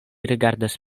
rigardas